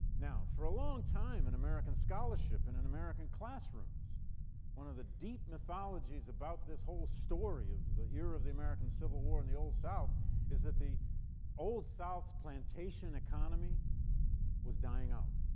now, for a long time in and american scholarship and in american classrooms one of the deep mythologies about this whole story of the era of the american civil war in the old south is that the old south's plantation economy was dying out.